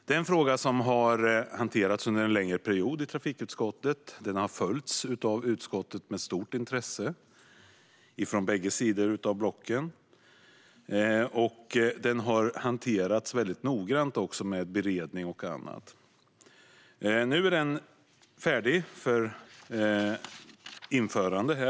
Det är en fråga som har hanterats under en längre period av trafikutskottet och som har följts av utskottet med stort intresse från bägge blocken. Den har också hanterats väldigt noggrant med beredning och annat. Nu är detta färdigt för införande.